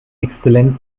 exzellenz